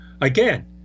again